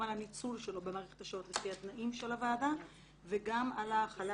גם על הניצול שלו במערכת השעות לפי התנאים של הוועדה וגם על ההחלה